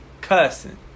Cussing